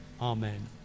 Amen